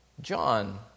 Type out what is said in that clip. John